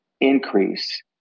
increase